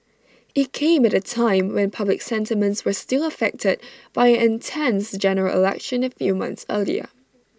IT came at A time when public sentiments were still affected by an intense General Election A few months earlier